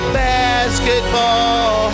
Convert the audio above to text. basketball